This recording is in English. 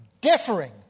differing